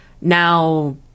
now